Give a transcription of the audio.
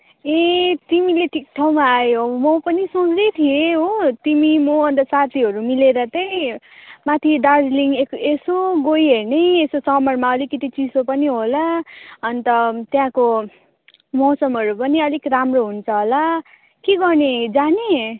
ए तिमीले ठिक ठाउँमा आयौ म पनि सोच्दै थिएँ हो तिमी म अन्त साथीहरू मिलेर त्यही माथि दार्जिलिङ ए यसो गई हेर्ने यसो समरमा अलिकति चिसो पनि होला अन्त त्यहाँको मौसमहरू पनि अलिक राम्रो हुन्छ होला के गर्ने जाने